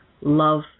love